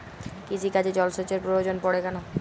কৃষিকাজে জলসেচের প্রয়োজন পড়ে কেন?